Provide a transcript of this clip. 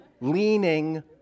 leaning